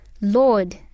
Lord